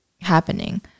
happening